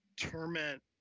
Torment